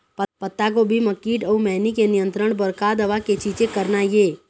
पत्तागोभी म कीट अऊ मैनी के नियंत्रण बर का दवा के छींचे करना ये?